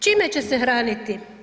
Čime će se hraniti?